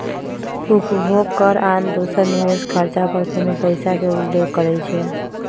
उपभोग कर आन दोसर निवेश खरचा पर कोनो पइसा के उल्लेख करइ छै